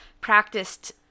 practiced